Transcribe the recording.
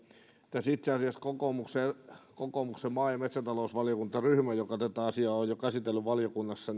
tässä itse asiassa kokoomuksen maa ja metsätalousvaliokuntaryhmä joka tätä asiaa on jo käsitellyt valiokunnassa